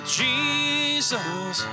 jesus